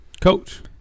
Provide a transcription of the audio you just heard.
Coach